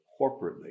corporately